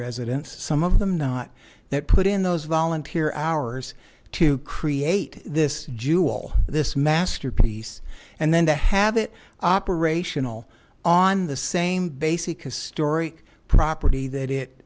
residents some of them not that put in those volunteer hours to create this jewel this masterpiece and then to have it operational on the same basic a story property that it